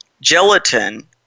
gelatin